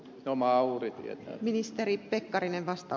no mauri tietää